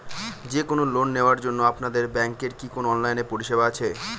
যে কোন লোন নেওয়ার জন্য আপনাদের ব্যাঙ্কের কি কোন অনলাইনে পরিষেবা আছে?